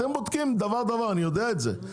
אתם בודקים דבר-דבר, אני יודע את זה.